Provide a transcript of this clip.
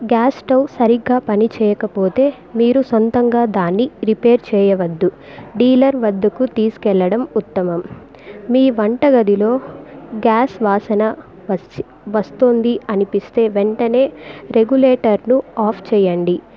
gas stove సరిగ్గా పనిచేయకపోతే మీరు సొంతంగా దాన్ని రిపేర్ చేయవద్దు డీలర్ వద్దకు తీసుకెళ్ళడం ఉత్తమం మీ వంట గదిలో గ్యాస్ వాసన వస్తుంది అనిపిస్తే వెంటనే రెగ్యులేటర్ ను ఆఫ్ చేయండి